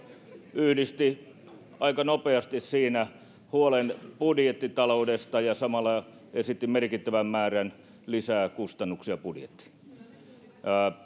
yhdisti aika nopeasti siinä huolen budjettitaloudesta ja samalla esitti merkittävän määrän lisää kustannuksia budjettiin